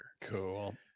Cool